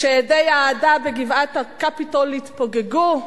כשהדי האהדה בגבעת-הקפיטול יתפוגגו,